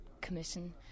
Commission